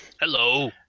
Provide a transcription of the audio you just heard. Hello